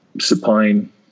Supine